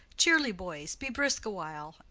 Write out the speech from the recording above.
cheerly, boys! be brisk awhile,